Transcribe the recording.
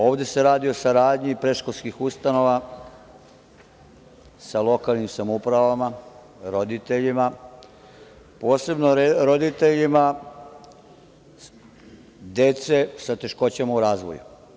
Ovde se radi o saradnji predškolskih ustanova sa lokalnim samoupravama, roditeljima, posebno roditeljima dece sa teškoćama u razvoju.